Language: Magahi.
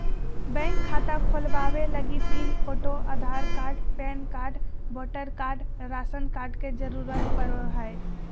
बैंक खाता खोलबावे लगी तीन photo, Aadhaar card, PAN card, voter card, ration card के जरूरत पड़ो हय